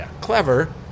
clever